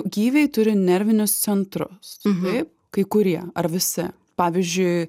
gyviai turi nervinius centrus taip kai kurie ar visi pavyzdžiui